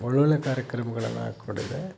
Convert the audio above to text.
ಒಳ್ಳೊಳ್ಳೆಯ ಕಾರ್ಯಕ್ರಮಗಳನ್ನ ಹಾಕ್ಕೊಂಡಿದೆ